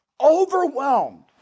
overwhelmed